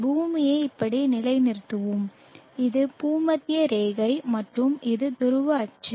பூமியை இப்படி நிலைநிறுத்துவோம் இது பூமத்திய ரேகை மற்றும் இது துருவ அச்சு